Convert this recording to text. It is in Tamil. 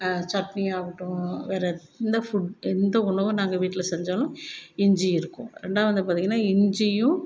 சட்னி ஆகட்டும் வேறே எந்த ஃபுட் எந்த உணவு நாங்கள் வீட்டில் செஞ்சாலும் இஞ்சி இருக்கும் ரெண்டாவது வந்து பார்த்தீங்கன்னா இஞ்சியும்